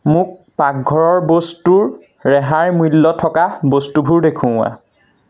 মোক পাকঘৰৰ বস্তুৰ ৰেহাই মূল্য থকা বস্তুবোৰ দেখুওৱা